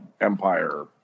Empire